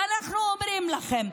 ואנחנו אומרים לכם,